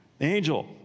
Angel